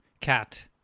Cat